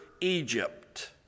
Egypt